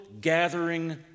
gathering